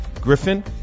Griffin